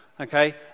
Okay